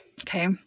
Okay